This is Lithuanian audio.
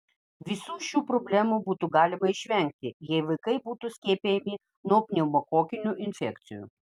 visų šių problemų būtų galima išvengti jei vaikai būtų skiepijami nuo pneumokokinių infekcijų